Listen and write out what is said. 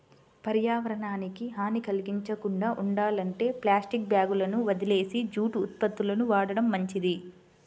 పర్యావరణానికి హాని కల్గించకుండా ఉండాలంటే ప్లాస్టిక్ బ్యాగులని వదిలేసి జూటు ఉత్పత్తులను వాడటం మంచిది